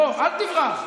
בוא, אל תברח.